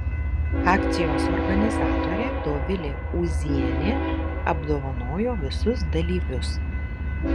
akcijos organizatorė dovilė ūzienė apdovanojo visus dalyvius